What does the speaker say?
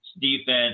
defense